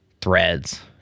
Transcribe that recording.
threads